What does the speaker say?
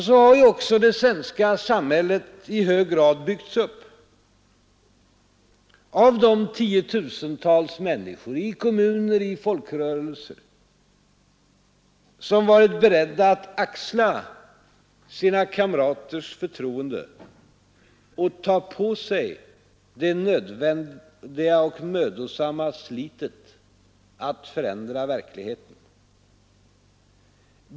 Så har också det svenska samhället byggts upp av de tiotusentals människor i kommuner och folkrörelser, som har varit beredda att axla sina kamraters förtroende och ta på sig det nödvändiga och mödosamma slitet att förändra verkligheten.